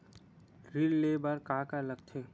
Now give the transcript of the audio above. ऋण ले बर का का लगथे?